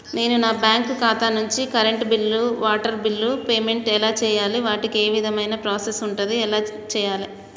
నేను నా బ్యాంకు ఖాతా నుంచి కరెంట్ బిల్లో వాటర్ బిల్లో పేమెంట్ ఎలా చేయాలి? వాటికి ఏ విధమైన ప్రాసెస్ ఉంటది? ఎలా చేయాలే?